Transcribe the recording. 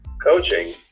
Coaching